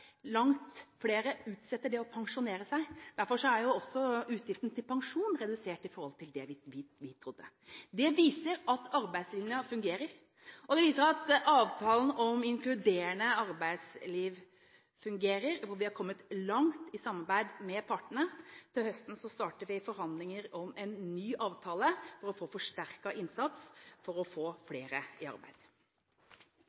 langt flere utsetter det å pensjonere seg. Derfor er også utgiften til pensjon redusert i forhold til det vi trodde. Det viser at arbeidslinja fungerer, og det viser at avtalen om inkluderende arbeidsliv fungerer, hvor vi har kommet langt i samarbeid med partene. Til høsten starter vi forhandlinger om en ny avtale for å få forsterket innsats for å få